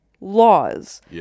laws